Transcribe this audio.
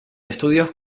estudios